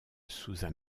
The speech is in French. susan